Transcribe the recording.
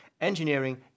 Engineering